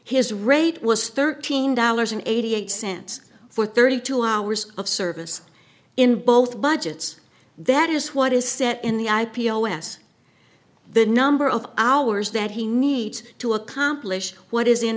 his rate was thirteen dollars an eighty eight cents for thirty two hours of service in both budgets that is what is set in the i p o s the number of hours that he needs to accomplish what is in